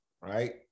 right